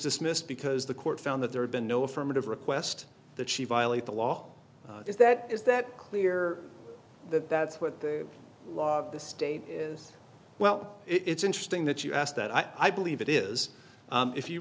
dismissed because the court found that there had been no affirmative request that she violates the law is that is that clear that that's what the law of the state is well it's interesting that you asked that i believe it is if you